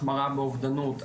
החמרה באובדנות,